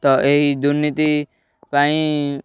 ତ ଏହି ଦୁର୍ନୀତି ପାଇଁ